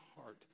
heart